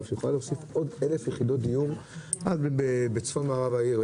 שיכולה להוסיף עוד 1,000 יחידות דיור בצפון מערב העיר,